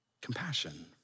Compassion